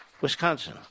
Wisconsin